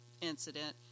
incident